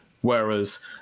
Whereas